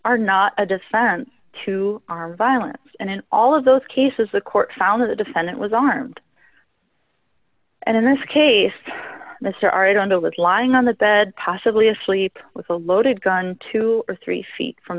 are not a defense to armed violence and in all of those cases the court found the defendant was armed and in this case mr arredondo was lying on the bed possibly asleep with a loaded gun two or three feet from